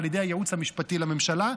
על ידי הייעוץ המשפטי לממשלה.